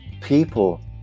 people